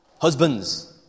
Husbands